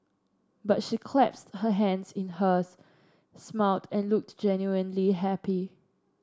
but she clasped her hands in hers smiled and looked genuinely happy